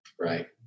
Right